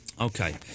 Okay